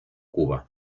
cuba